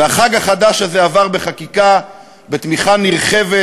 החג החדש הזה עבר בחקיקה בתמיכה נרחבת